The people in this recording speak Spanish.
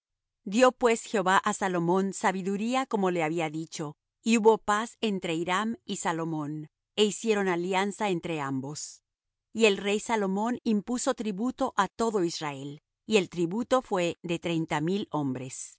dió pues jehová á salomón sabiduría como le había dicho y hubo paz entre hiram y salomón é hicieron alianza entre ambos y el rey salomón impuso tributo á todo israel y el tributo fué de treinta mil hombres